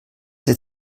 wird